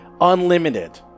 Unlimited